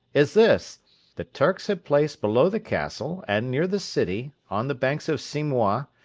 is this the turks had placed below the castle, and near the city, on the banks of simois,